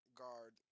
guard